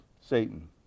Satan